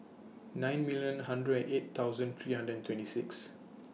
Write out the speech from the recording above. nine million hundred and eight thousand three hundred and twenty six